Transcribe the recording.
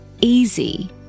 easy